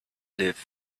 live